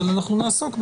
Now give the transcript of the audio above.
אבל אנחנו נעסוק בזה.